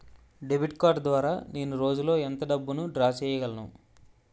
Debit card ద్వారా నేను రోజు లో ఎంత డబ్బును డ్రా చేయగలను?